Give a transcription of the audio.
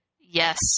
Yes